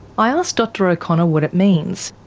i ask dr o'connor what it means.